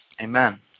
Amen